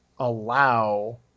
allow